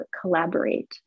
collaborate